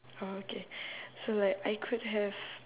okay so like I could have